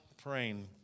Praying